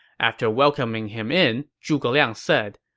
after welcoming him in, zhuge liang said,